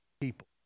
people